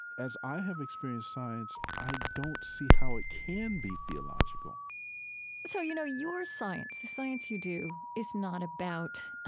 as i have experienced science, i don't see how it can be theological so, you know, your science, the science you do, is not about